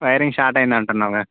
wiring short అయింది అంటున్నావుగా